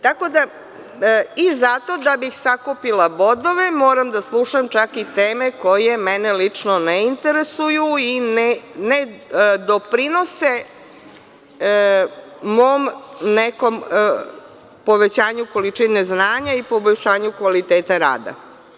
Tako da i zato da bih sakupila bodove moram da slušam čak i teme koje mene lično ne interesuju i ne doprinose mom nekom povećanju količine znanja i poboljšanju kvaliteta rada.